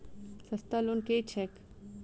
सस्ता लोन केँ छैक